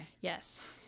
Yes